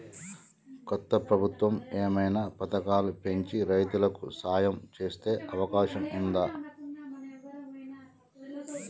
కొత్త ప్రభుత్వం ఏమైనా పథకాలు పెంచి రైతులకు సాయం చేసే అవకాశం ఉందా?